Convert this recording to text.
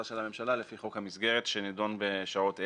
של הממשלה לפי חוק המסגרת שנידון בשעות אלה,